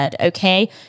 Okay